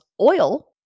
oil